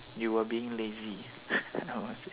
you were being lazy I don't know what is it